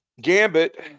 Gambit